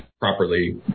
properly